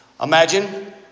Imagine